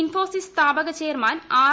ഇൻഫോസിസ് സ്ഥാപക chairman R